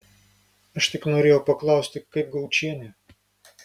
aš tik norėjau paklausti kaip gaučienė